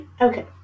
Okay